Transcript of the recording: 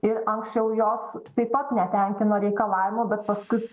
ir anksčiau jos taip pat netenkino reikalavimų bet paskui